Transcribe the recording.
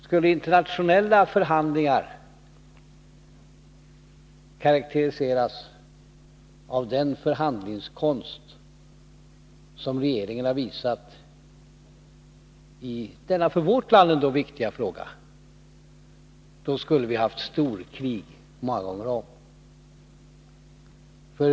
Skulle internationella förhandlingar karakteriseras av den förhandlingskonst som regeringen har visat i denna för vårt land viktiga fråga, skulle vi ha haft storkrig många gånger om.